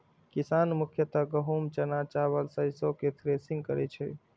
किसान मुख्यतः गहूम, चना, चावल, सरिसो केर थ्रेसिंग करै छै